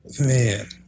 Man